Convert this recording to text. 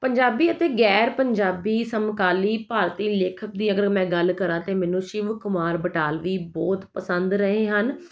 ਪੰਜਾਬੀ ਅਤੇ ਗੈਰ ਪੰਜਾਬੀ ਸਮਕਾਲੀ ਭਾਰਤੀ ਲੇਖਕ ਦੀ ਅਗਰ ਮੈਂ ਗੱਲ ਕਰਾਂ ਤਾਂ ਮੈਨੂੰ ਸ਼ਿਵ ਕੁਮਾਰ ਬਟਾਲਵੀ ਬਹੁਤ ਪਸੰਦ ਰਹੇ ਹਨ